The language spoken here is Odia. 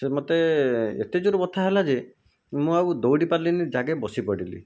ସେ ମୋତେ ଏତେ ଯୋର ବଥା ହେଲା ଯେ ମୁଁ ଆଉ ଦୌଡ଼ି ପାରିଲିନି ଜାଗେ ବସି ପଡ଼ିଲି